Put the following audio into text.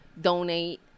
donate